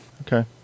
Okay